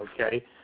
okay